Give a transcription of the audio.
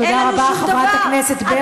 תודה רבה, חברת הכנסת ברקו.